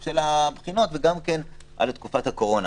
של הבחינות וגם על תקופת הקורונה.